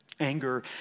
Anger